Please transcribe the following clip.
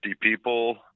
people